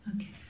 Okay